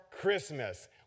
Christmas